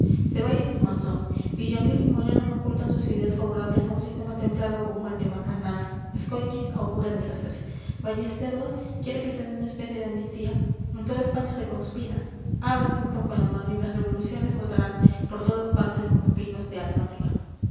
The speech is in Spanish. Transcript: liberalismo ceballos es masón villamil y moyano no ocultan sus ideas favorables a un sistema templado como el de macanaz escóiquiz augura desastres ballesteros quiere que se dé una especie de amnistía en toda españa se conspira ábrase un poco la mano y las revoluciones brotarán por todas partes como pinos en